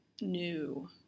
new